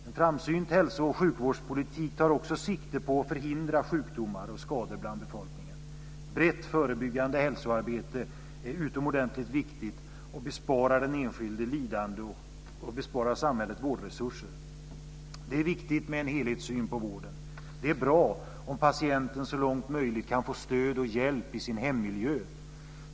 En framsynt hälso och sjukvårdspolitik tar också sikte på att förhindra sjukdomar och skador bland befolkningen. Ett brett förebyggande hälsoarbete är utomordentligt viktigt och besparar den enskilde lidande och samhället vårdresurser. Det är viktigt med en helhetssyn på vården. Det är bra om patienten så långt möjligt kan få stöd och hjälp i sin hemmiljö.